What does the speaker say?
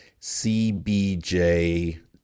CBJ